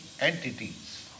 entities